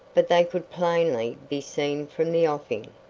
but they could plainly be seen from the offing.